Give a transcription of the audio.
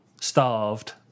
starved